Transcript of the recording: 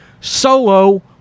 Solo